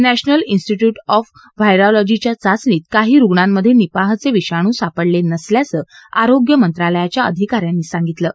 नक्रिमल institute of व्हायरॉलॉजीच्या चाचणीत काही रुग्णांमधे निपाहचे विषाणू सापडले नसल्याचं आरोग्यमंत्रालयाच्या अधिका यांनी सांगितलं आहे